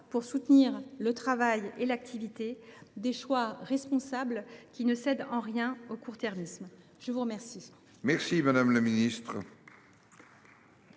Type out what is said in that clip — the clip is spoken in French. pour soutenir le travail et l’activité, des choix responsables et qui ne cèdent en rien au court termisme. La parole